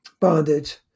bondage